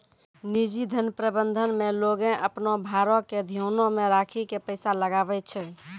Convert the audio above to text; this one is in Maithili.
निजी धन प्रबंधन मे लोगें अपनो भारो के ध्यानो मे राखि के पैसा लगाबै छै